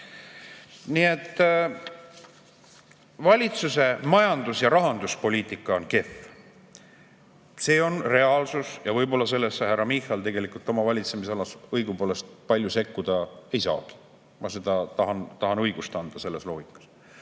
Nii et valitsuse majandus- ja rahanduspoliitika on kehv. See on reaalsus. Ja võib-olla sellesse härra Michal tegelikult oma valitsemisalas õigupoolest palju sekkuda ei saagi – ma tahan talle õigust anda selles loogikas.